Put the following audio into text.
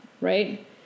Right